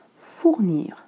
Fournir